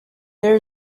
there